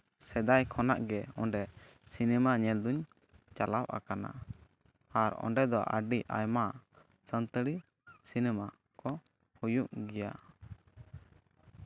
ᱥᱮᱫᱟᱭ ᱠᱷᱚᱱᱟᱜ ᱜᱮ ᱚᱸᱰᱮ ᱥᱤᱱᱮᱢᱟ ᱧᱮᱞ ᱫᱩᱧ ᱪᱟᱞᱟᱣ ᱟᱠᱟᱱᱟ ᱟᱨ ᱚᱸᱰᱮ ᱫᱚ ᱟᱹᱰᱤ ᱟᱭᱢᱟ ᱥᱟᱱᱛᱟᱲᱤ ᱥᱤᱱᱮᱢᱟ ᱠᱚ ᱦᱩᱭᱩᱜ ᱜᱮᱭᱟ